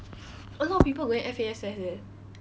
a lot of people going F_A_S_S eh